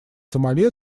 сомали